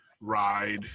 ride